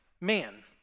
man